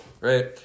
right